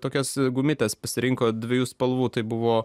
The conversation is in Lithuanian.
tokias gumytes pasirinko dviejų spalvų tai buvo